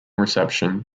reception